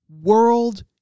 world